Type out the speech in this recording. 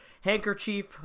handkerchief